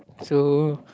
so